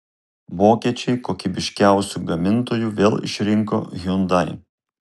vokiečiai kokybiškiausiu gamintoju vėl išrinko hyundai